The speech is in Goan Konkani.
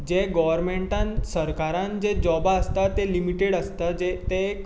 जे गोवर्नमेंटान सरकारान जे जॉबां आसतात ते लिमिटेड आसतात जे तें एक